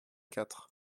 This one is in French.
quatre